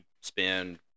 spend